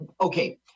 Okay